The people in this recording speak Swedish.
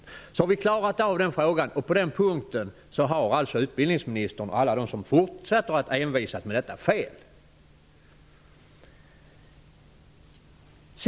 Med detta har jag klarat ut den frågan. På den punkten har utbildningsministern och alla de andra som fortsätter att envisas med en annan uppfattning alltså fel.